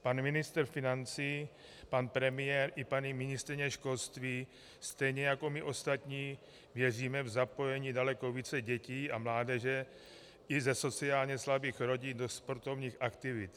Pan ministr financí, pan premiér i paní ministryně školství stejně jako my ostatní věříme v zapojení daleko více dětí a mládeže i ze sociálně slabých rodin do sportovních aktivity.